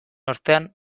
ostean